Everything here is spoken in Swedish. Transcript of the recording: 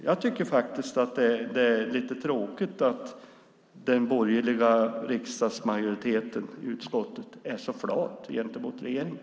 Jag tycker att det är lite tråkigt att den borgerliga majoriteten i utskottet är så flat gentemot regeringen.